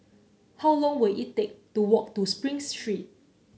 how long will it take to walk to Spring Street